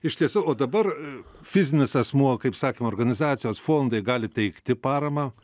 iš tiesų o dabar fizinis asmuo kaip sakėm organizacijos fondai gali teikti paramą